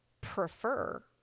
prefer